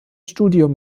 studium